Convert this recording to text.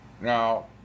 Now